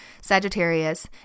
Sagittarius